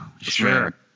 sure